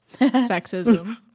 sexism